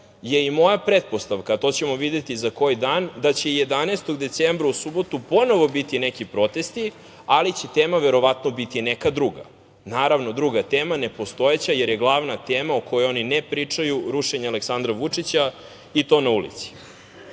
je i moja pretpostavka, a to ćemo videti za koji dan, da i će 11. decembra u subotu ponovo biti neki protesti, ali će tema verovatno biti neka druga. Naravno, druga tema je nepostojeća, jer je glavna tema o kojoj oni ne pričaju, rušenja Aleksandra Vučića i to na ulici.I